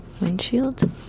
windshield